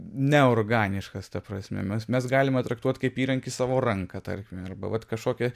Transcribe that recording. neorganiškas ta prasme mes mes galime traktuoti kaip įrankį savo ranką tarkime arba vat kažkokią